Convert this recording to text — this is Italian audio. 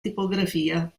tipografia